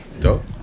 dope